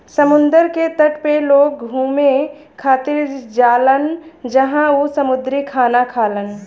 समुंदर के तट पे लोग घुमे खातिर जालान जहवाँ उ समुंदरी खाना खालन